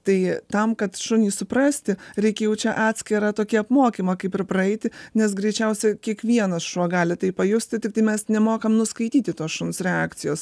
tai tam kad šunį suprasti reikia jau čia atskirą tokį apmokymą kaip ir praeiti nes greičiausia kiekvienas šuo gali tai pajusti tiktai mes nemokam nuskaityti to šuns reakcijos